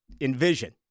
envision